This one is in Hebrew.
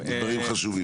דברים חשובים.